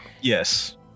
Yes